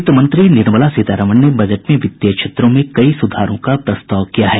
वित्त मंत्री निर्मला सीतारमन ने बजट में वित्तीय क्षेत्रों में कई सुधारों का प्रस्ताव किया गया है